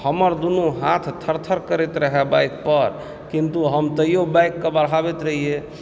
आ हमर दुनू हाथ थर थर करैत रहय बाइक पर किन्तु हम ताहियो बाइकके बढ़ाबैत रहिए